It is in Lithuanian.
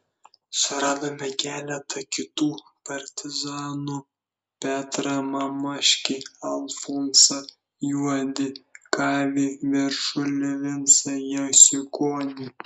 suradome keletą kitų partizanų petrą mameniškį alfonsą juodį kazį veršulį vincą jasiukonį